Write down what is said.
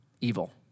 evil